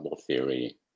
theory